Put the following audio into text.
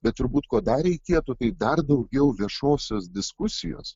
bet turbūt ko dar reikėtų kai dar daugiau viešosios diskusijos